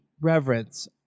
reverence